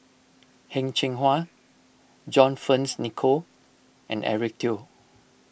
Heng Cheng Hwa John Fearns Nicoll and Eric Teo